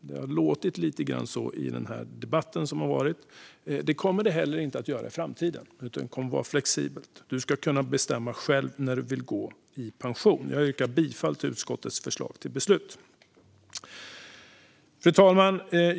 Det har låtit lite grann så i debatten som har varit. Det kommer det heller inte att göra i framtiden, utan det kommer att vara flexibelt. Du ska kunna bestämma själv när du vill gå i pension. Jag yrkar bifall till utskottets förslag till beslut. Fru talman!